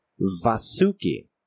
Vasuki